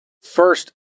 first